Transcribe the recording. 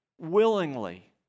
willingly